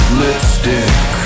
lipstick